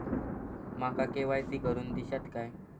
माका के.वाय.सी करून दिश्यात काय?